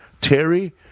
Terry